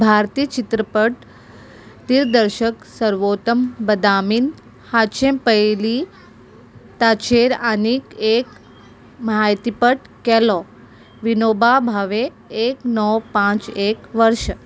भारतीय चित्रपट दिग्दर्शक सर्वोत्तम बदामीन हाचें पयली ताचेर आनीक एक म्हायतीपट केलो विनोबा भावे एक णव पांच एक वर्सा